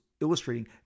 illustrating